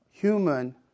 human